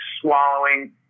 swallowing